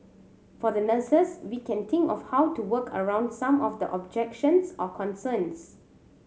for the nurses we can think of how to work around some of the objections or concerns